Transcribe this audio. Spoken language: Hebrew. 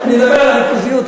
אני מדבר על הריכוזיות.